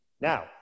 Now